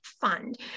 fund